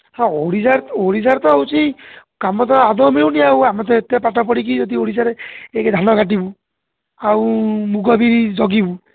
ହଁ ଓଡ଼ିଶାରେ ଓଡ଼ିଶାର ତ ହେଉଛି କାମ ତ ଆଦୌ ମିଳୁନି ଆଉ ଆମେ ତ ଏତେ ପାଠ ପଢ଼ିକି ଯଦି ଓଡ଼ିଶାରେ ଏକ ଧାନ କାଟିବୁ ଆଉ ମୁଗ ବିରି ଜଗିବୁ